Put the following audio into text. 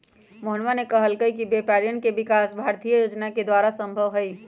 मोहनवा ने कहल कई कि व्यापारियन के विकास भारतीय योजना के द्वारा ही संभव हई